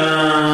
א.